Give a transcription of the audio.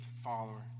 follower